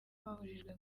babujijwe